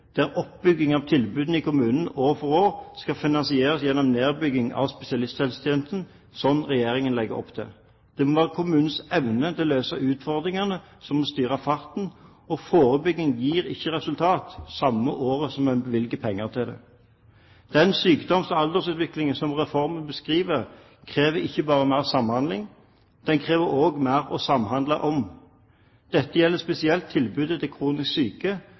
nullsumspill, der oppbygging av tilbudet i kommunene år for år skal finansieres gjennom nedbygging av spesialisthelsetjenesten, slik Regjeringen legger opp til. Det må være kommunenes evne til å løse utfordringene som må styre farten. Forebygging gir ikke resultat samme året som en bevilger penger til det. Den sykdoms- og aldersutviklingen som reformen beskriver, krever ikke bare mer samhandling, den krever også mer å samhandle om. Dette gjelder spesielt tilbudet til kronisk syke,